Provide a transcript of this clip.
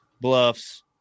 bluffs